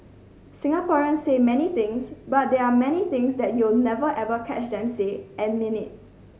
Singaporeans say many things but there are many things you'll never ever catch them say and mean it